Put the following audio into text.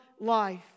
life